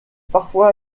parfois